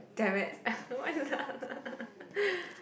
damn it